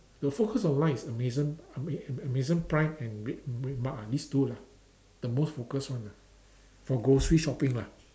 the focused online is Amazon Ama~ Amazon prime and red RedMart ah these two lah the most focused one ah for grocery shopping lah